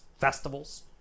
festivals